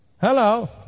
Hello